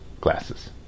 glasses